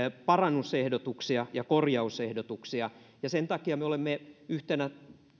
parannusehdotuksia ja korjausehdotuksia ja sen takia me olemme yhtenä